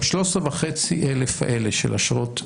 ב-13,500 האלה של אשרות,